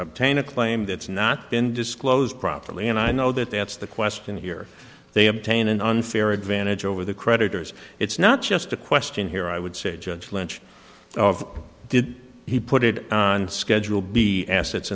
obtain a claim that's not been disclosed properly and i know that that's the question here they obtain an unfair advantage over the creditors it's not just a question here i would say judge lynch of did he put it on schedule b assets